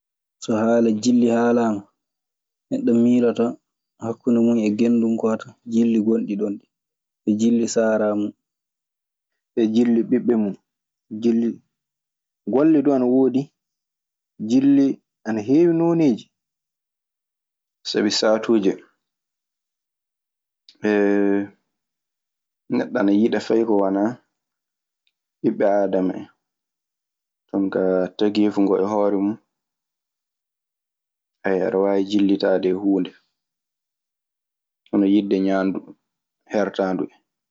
So haala jilli haalaama, neɗɗo miiloto hakkunɗe mun e genndun ko tan, jilli gonɗi ɗon ɗi, e jilli saramun. Ɓe jilli ɓiɓɓe mun, jilli Golle duu ana woodi. Jilli ana heewi nooneeji. Sabi saatuuje neɗɗo ana yiɗa fay ko wanaa ɓiɓɓe aadama en. Jonkaa tageefu ngoo e hoore mun. aɗa waawi jillitaade e huunde, hono yiɗde ñaandu heertaandu en.